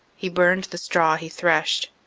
he burned the straw he threshed.